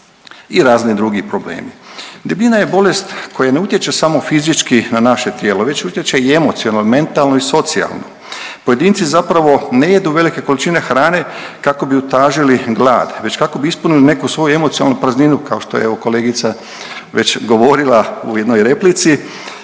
i razni drugi problemi. Debljina je bolest koja ne utječe samo fizički na naše tijelo već utječe i emocionalno, mentalno i socijalno. Pojedinci zapravo ne jedu velike količine hrane kako bi utažili glad već kako bi ispunili neku svoju emocionalnu prazninu kao što je evo kolegice već govorila u jednoj replici,